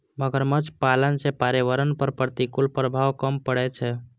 मगरमच्छ पालन सं पर्यावरण पर प्रतिकूल प्रभाव कम पड़ै छै